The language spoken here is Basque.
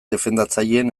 defendatzaileen